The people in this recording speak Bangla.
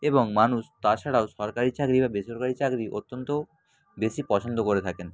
এবং মানুষ তাছাড়াও সরকারি চাকরি বা বেসরকারি চাকরি অত্যন্ত বেশি পছন্দ করে থাকেন